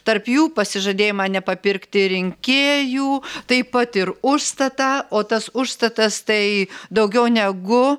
tarp jų pasižadėjimą nepapirkti rinkėjų taip pat ir užstatą o tas užstatas tai daugiau negu